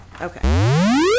Okay